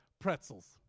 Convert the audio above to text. pretzels